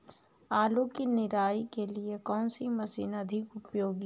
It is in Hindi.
आलू की निराई के लिए कौन सी मशीन अधिक उपयोगी है?